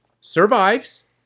Survives